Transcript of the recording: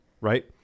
right